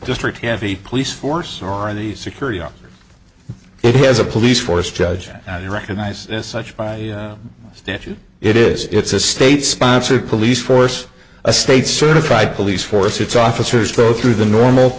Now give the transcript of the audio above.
district heavy police force or in the security of it has a police force judge that is recognized as such by statute it is it's a state sponsored police force a state certified police force its officers go through the normal